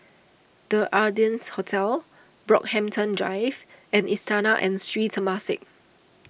the Ardennes Hotel Brockhampton Drive and Istana and Sri Temasek